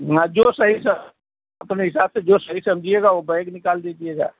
हाँ जो सही सा अपने हिसाब से जो सही समझिएगा ओ बैग निकाल दीजिएगा